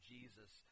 Jesus